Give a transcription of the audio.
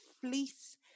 fleece